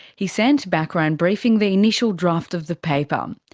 he sent background briefing the initial draft of the paper, um